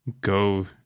go